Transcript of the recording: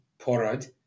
Porad